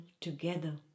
together